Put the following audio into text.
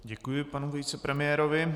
Děkuji panu vicepremiérovi.